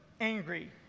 angry